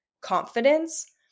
confidence